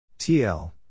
TL